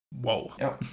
Whoa